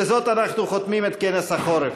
בזאת אנחנו חותמים את כנס החורף.